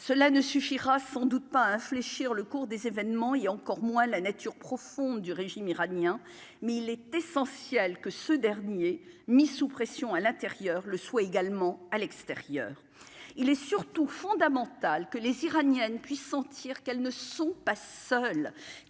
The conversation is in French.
cela ne suffira sans doute pas infléchir le cours des événements et encore moins la nature profonde du régime iranien, mais il est essentiel que ce dernier mis sous pression à l'intérieur le soit également à l'extérieur, il est surtout fondamental que les Iraniennes puisse sentir qu'elles ne sont pas seuls,